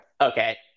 Okay